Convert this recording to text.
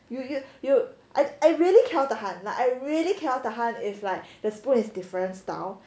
you you I I really cannot tahan like I really cannot tahan it's like the spoon is different style